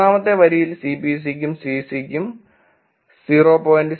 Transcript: മൂന്നാമത്തെ വരിയിൽ C P C ക്കും C C ക്കും 0